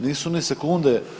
Nisu ni sekunde